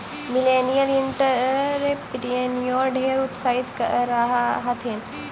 millennial entrepreneur ढेर उत्साहित रह हथिन